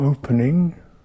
opening